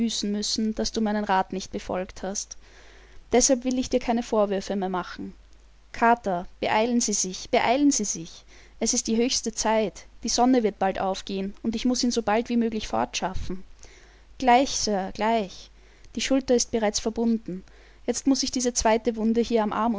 müssen daß du meinen rat nicht befolgt hast deshalb will ich dir keine vorwürfe mehr machen carter beeilen sie sich beeilen sie sich es ist die höchste zeit die sonne wird bald aufgehen und ich muß ihn so bald wie möglich fortschaffen gleich sir gleich die schulter ist bereits verbunden jetzt muß ich diese zweite wunde hier am